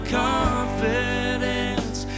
confidence